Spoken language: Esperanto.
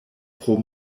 pro